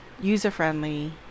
user-friendly